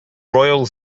royal